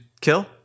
kill